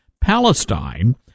Palestine –